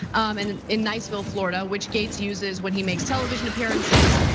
and in niceville, florida which gaetz uses when he makes television appearances.